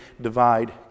divide